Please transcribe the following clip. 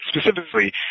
specifically